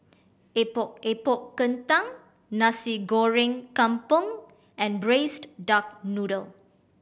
Epok Epok Kentang Nasi Goreng Kampung and Braised Duck Noodle